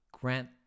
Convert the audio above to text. grant